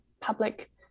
public